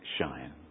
shine